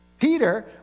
Peter